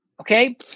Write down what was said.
Okay